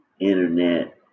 internet